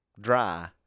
dry